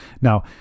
Now